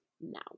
now